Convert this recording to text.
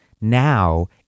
Now